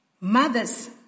Mothers